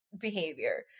behavior